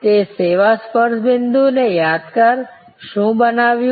તે સેવા સ્પર્શ બિંદુ ને યાદગાર શું બનાવ્યું